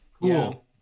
Cool